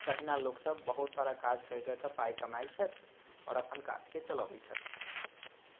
तहिना लोकसब बहुत सारा काज करि करिके पाय कमाइत छथि आओर अपन काजके चलाबैत छथि